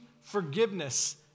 forgiveness